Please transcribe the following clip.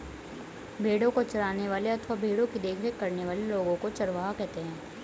भेड़ों को चराने वाले अथवा भेड़ों की देखरेख करने वाले लोगों को चरवाहा कहते हैं